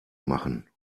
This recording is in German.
machen